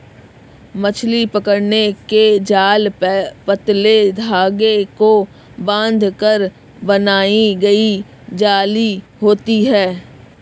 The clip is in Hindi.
मछली पकड़ने के जाल पतले धागे को बांधकर बनाई गई जाली होती हैं